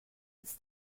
its